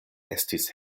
estis